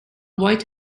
waite